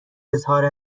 اظهار